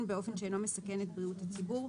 באופן שאינו מסכן את בריאות הציבור,